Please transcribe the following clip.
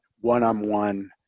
one-on-one